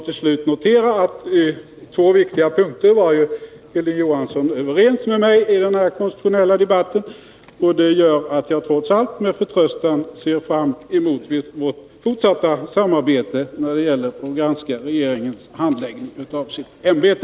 Till slut noterar jag också att Hilding Johansson är överens med mig på två viktiga punkter i den här konstitutionella debatten. Det gör att jag trots allt med förtröstan ser fram emot ett fortsatt samarbete när det gäller att granska regeringens skötsel av sitt ämbete.